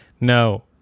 No